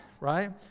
right